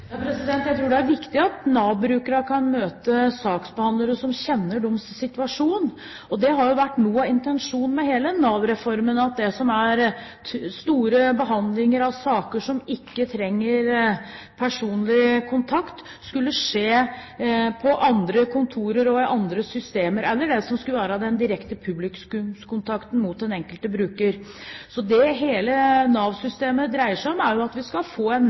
tror det er viktig at Nav-brukerne kan møte saksbehandlere som kjenner deres situasjon. Noe av intensjonen med hele Nav-reformen er at behandling av saker som ikke trenger personlig kontakt, skulle skje på andre kontorer og i andre systemer enn ved direkte publikumskontakt, med den enkelte bruker. Det som hele Nav-systemet dreier seg om, er at vi skal få en